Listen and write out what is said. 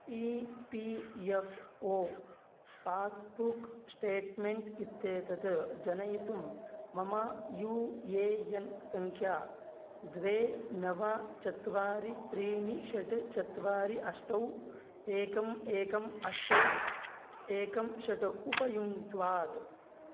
E P F O passbook statement इत्येतत् जनयितुं मम यू ए एन् सङ्ख्या द्वे नव चत्वारि त्रीणि षट् चत्वारि अष्ट एकम् एकम् अष्ट एकं षट् उपयुङ्क्तात्